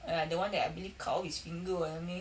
a'ah the one that I believe cut off his finger or something